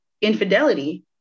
infidelity